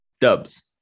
Dubs